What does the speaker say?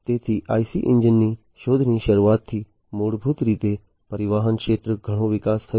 તેથી IC એન્જિનની શોધની શરૂઆતથી મૂળભૂત રીતે પરિવહન ક્ષેત્રે ઘણો વિકાસ થયો